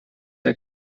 der